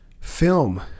film